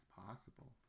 possible